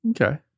Okay